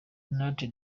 nate